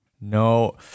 No